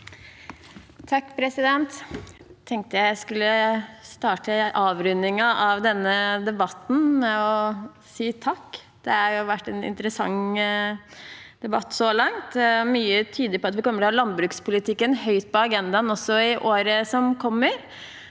(A) Jeg tenkte jeg skulle starte avrundingen av denne debatten med å si takk. Det har vært en interessant debatt så langt. Mye tyder på at vi kommer til å ha landbrukspolitikken høyt på agendaen også i året som kommer.